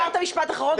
אמרת משפט אחרון,